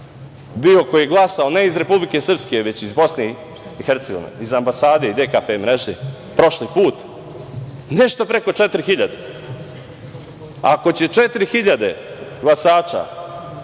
bio koji je glasao ne iz Republike Srpske, već iz Bosne i Hercegovine, iz ambasade i DKP mreže prošli put? Nešto preko četiri hiljade.